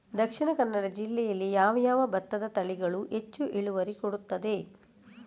ದ.ಕ ಜಿಲ್ಲೆಯಲ್ಲಿ ಯಾವ ಯಾವ ಭತ್ತದ ತಳಿಗಳು ಹೆಚ್ಚು ಇಳುವರಿ ಕೊಡುತ್ತದೆ?